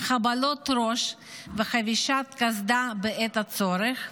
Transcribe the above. חבלות ראש וחבישת קסדה בעת הצורך,